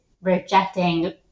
rejecting